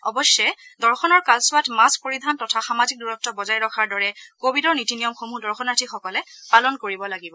অৱশ্যে দৰ্শনৰ কালছোৱাত মাস্ক পৰিধান তথা সামাজিক দূৰত্ব বজাই ৰখাৰ দৰে কোৱিডৰ নীতি নিয়মসমূহ দৰ্শনাৰ্থীসকলে পালন কৰিব লাগিব